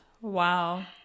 Wow